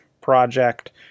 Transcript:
project